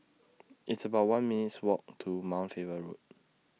It's about one minutes' Walk to Mount Faber Road